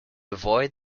avoid